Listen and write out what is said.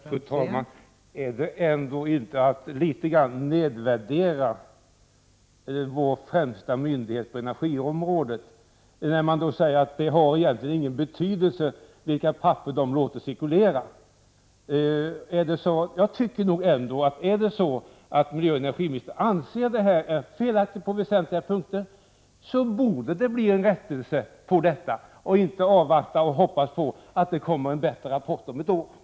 Fru talman! Är det ändå inte att litet grand nedvärdera vår främsta myndighet på energiområdet när man säger att det egentligen inte har någon betydelse vilka papper som verket låter cirkulera. Om miljöoch energiministern anser rapporten vara felaktig på väsentliga punkter borde uppgifterna rättas till, i stället för att man skall avvakta en rapport som kommer om ett år och hoppas att den skall vara bättre.